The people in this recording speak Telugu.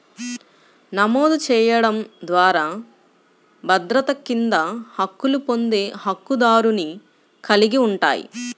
నమోదు చేయడం ద్వారా భద్రత కింద హక్కులు పొందే హక్కుదారుని కలిగి ఉంటాయి,